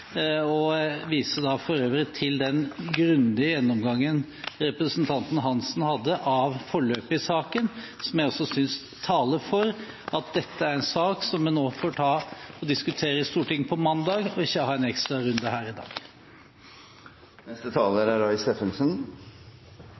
bordet. Jeg viser for øvrig til den grundige gjennomgangen representanten Hansen hadde av forløpet i saken, som jeg også synes taler for at dette er en sak som man nå får ta og diskutere i Stortinget på mandag, og ikke ha en ekstra runde her i dag.